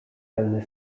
celny